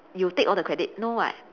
you take all the credit no what